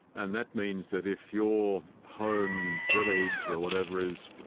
and that means that if your home, village or whatever is,